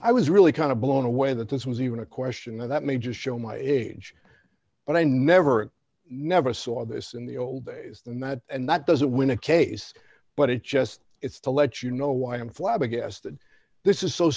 i was really kind of blown away that this was even a question that may just show my age but i never never saw this in the old days than that and that doesn't win a case but it just it's to let you know why i'm flabbergasted this is so